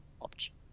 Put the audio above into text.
option